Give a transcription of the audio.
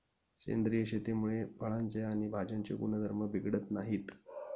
सेंद्रिय शेतीमुळे फळांचे आणि भाज्यांचे गुणधर्म बिघडत नाहीत